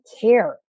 care